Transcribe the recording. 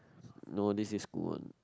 no this is school one